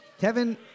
Kevin